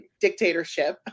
dictatorship